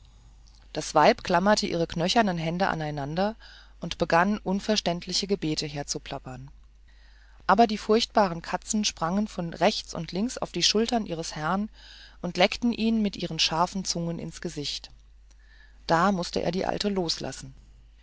das weib klammerte ihre knöchernen hände ineinander und begann unverständliche gebete herzuplappern aber die furchtbaren katzen sprangen von rechts und links auf die schultern ihres herrn und leckten ihn mit ihren scharfen zungen ins gesicht da mußte er die alte loslassen